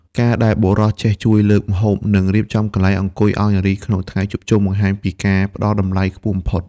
ការដែលបុរសចេះជួយលើកម្ហូប និងរៀបចំកន្លែងអង្គុយឱ្យនារីក្នុងថ្ងៃជួបជុំ បង្ហាញពីការផ្ដល់តម្លៃខ្ពស់បំផុត។